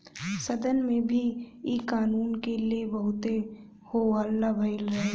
सदन में भी इ कानून के ले बहुते हो हल्ला भईल रहे